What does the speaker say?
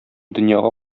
дөньяга